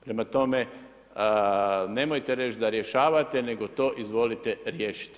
Prema tome, nemojte reći da rješavate nego to izvolite riješite.